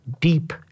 deep